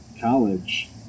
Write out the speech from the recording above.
college